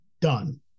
done